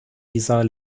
dieser